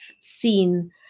seen